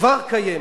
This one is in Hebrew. כבר קיימת.